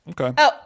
Okay